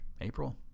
April